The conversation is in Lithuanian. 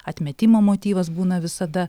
atmetimo motyvas būna visada